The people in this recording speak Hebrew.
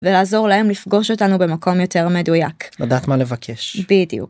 ולעזור להם לפגוש אותנו במקום יותר מדויק. לדעת מה לבקש. בדיוק.